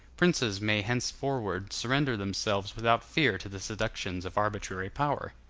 princes may henceforward surrender themselves without fear to the seductions of arbitrary power.